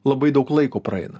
labai daug laiko praeina